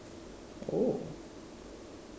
oh